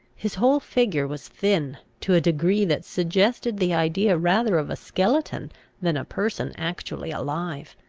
his whole figure was thin, to a degree that suggested the idea rather of a skeleton than a person actually alive.